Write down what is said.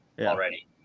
already